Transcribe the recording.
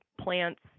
plants